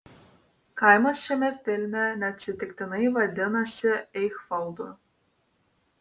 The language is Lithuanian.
kaimas šiame filme neatsitiktinai vadinasi eichvaldu